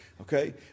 okay